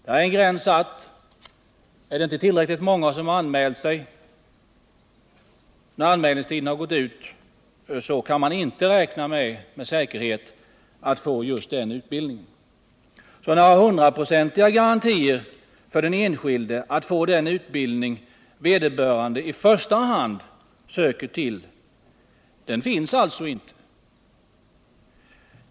En gräns är satt: Om inte tillräckligt många anmält sig när anmälningstiden gått ut, så kan de inte med säkerhet räkna med att få just den utbildningen. Några hundraprocentiga garantier för den enskilde att få den utbildning vederbörande i första hand söker till finns alltså inte.